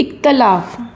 इख़्तिलाफ़ु